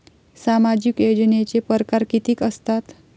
सामाजिक योजनेचे परकार कितीक असतात?